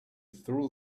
through